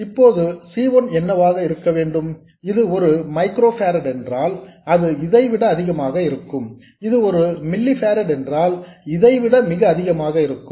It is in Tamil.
இப்போது C 1 என்னவாக இருக்க வேண்டும் இது ஒரு மைக்ரோபாரெட் என்றால் அது இதைவிட அதிகமாக இருக்கும் இது ஒரு மில்லிபாரெட் என்றால் இதைவிட மிக அதிகமாக இருக்கும்